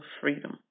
freedom